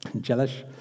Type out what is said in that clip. jealous